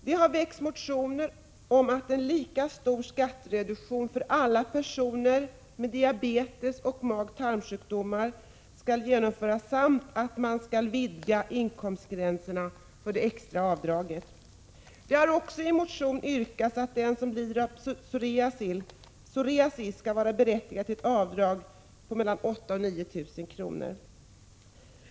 Det har väckts motioner om att en lika stor skattereduktion för alla personer med diabetes och magoch tarmsjukdom skall genomföras samt att man skall vidga inkomstgränserna för det extra avdraget. Det har också i en motion yrkats att den som lider av psoriasis skall vara berättigad till ett avdrag på mellan 8 000 och 9 000 kr.